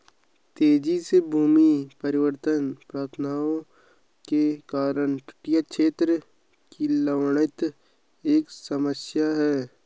तेजी से भूमि परिवर्तन प्रथाओं के कारण तटीय क्षेत्र की लवणता एक समस्या है